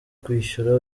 kwishyura